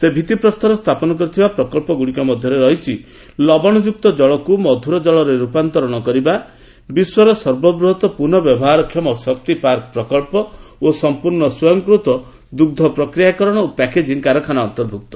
ସେ ଭିଭିପ୍ରସ୍ତର ସ୍ଥାପନ କରିଥିବା ପ୍ରକଳ୍ପଗୁଡ଼ିକ ମଧ୍ୟରେ ଲବଣଯୁକ୍ତ ଜଳକୁ ମଧୁର ଜଳରେ ରୂପାନ୍ତରଣ କରିବା ବିଶ୍ୱର ସର୍ବବୃହତ ପୁନର୍ବ୍ୟବହାର କ୍ଷମ ଶକ୍ତି ପାର୍କ ପ୍ରକଳ୍ପ ଓ ସମ୍ପୂର୍ଣ୍ଣ ସ୍ୱୟଂକୃତ ଦୁଗ୍ଧ ପ୍ରକ୍ରିୟାକରଣ ଓ ପ୍ୟାକେଜିଙ୍ଗ୍ କାରଖାନା ଅନ୍ତର୍ଭ୍ଭକ୍ତ